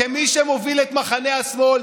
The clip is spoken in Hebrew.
כמי שמוביל את מחנה השמאל,